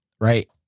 right